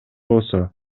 болсо